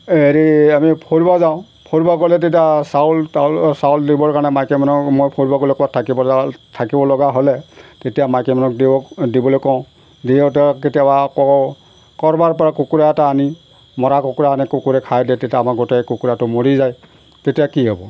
হেৰি আমি ফুৰিব যাওঁ ফুৰিব গ'লে তেতিয়া চাউল তাউ চাউল দিবৰ কাৰণে মাইকী মানুহক মই ফুৰিবলৈ ক'ৰবাত থাকিব থাকিব লগা হ'লে তেতিয়া মাইকী মানুহক দিয়ক দিবলৈ কওঁ দি সিহঁতক কেতিয়াবা আকৌ ক'ৰবাৰ পৰা কুকুৰা এটা আনি মৰা কুকুৰা আনি কুকুৰে খাই দিয়ে তেতিয়া আমাক গোটেই কুকুৰাটো মৰি যায় তেতিয়া কি হ'ব